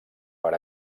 per